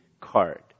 card